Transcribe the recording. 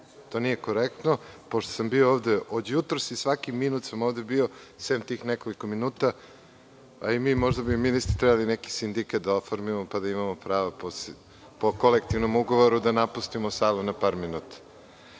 To nije korektno, pošto sam bio ovde od jutros i svaki minut sam ovde bio, sem tih nekoliko minuta. Možda bi i mi ministri trebali neki sindikat da oformimo, pa da imamo pravo po kolektivnom ugovoru da napustimo salu na par minuta. Moji